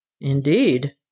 Indeed